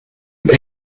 und